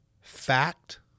fact